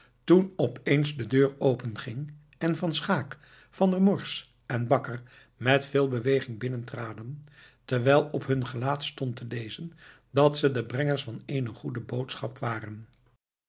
toen opeens de deur openging en van schaeck van der morsch en bakker met veel beweging binnen traden terwijl op hun gelaat stond te lezen dat ze de brengers van eene goede boodschap waren